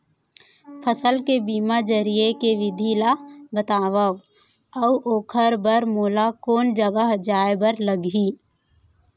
फसल के बीमा जरिए के विधि ला बतावव अऊ ओखर बर मोला कोन जगह जाए बर लागही?